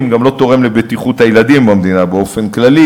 גם לא תורם לבטיחות הילדים במדינה באופן כללי.